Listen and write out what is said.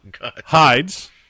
Hides